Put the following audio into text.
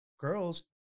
girls